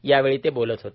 यावेळी ते बोलत होते